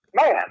Man